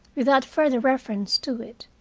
without further reference to it.